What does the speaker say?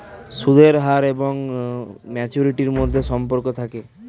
সুদের হার এবং ম্যাচুরিটির মধ্যে সম্পর্ক থাকে